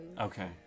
Okay